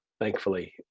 thankfully